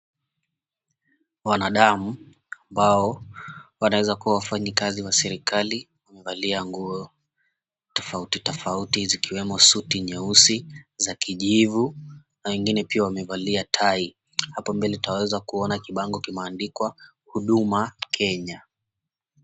Wanadamu ambao wanaweza kuwa wafanyakazi wa serikali wamevalia nguo tofauti tofauti, zikiwemo suti nyeusi za kijivu na wengine pia wamevalia tai, hapo mbele twaweza kuona kibango kimeandikwa, Huduma Kenya.